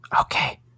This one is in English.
Okay